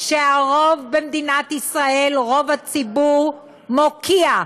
שהרוב במדינת ישראל, רוב הציבור, מוקיע,